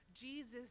Jesus